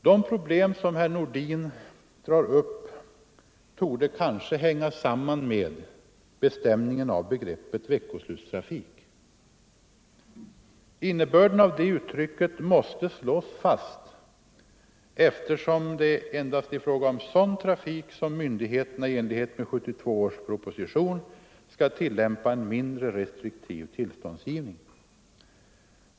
De problem som herr Nordin tar upp torde hänga samman med bestämningen av begreppet veckoslutstrafik. Innebörden av det uttrycket måste slås fast, eftersom det endast är i fråga om sådan trafik som myndigheterna i enlighet med 1972 års proposition skall tillämpa en mindre restriktiv tillståndsgivning.